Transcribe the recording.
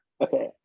Okay